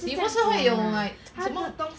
你不是会有 like 什么